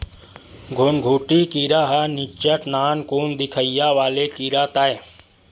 घुनघुटी कीरा ह निच्चट नानकुन दिखइया वाले कीरा ताय